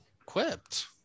equipped